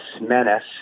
menace